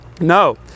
no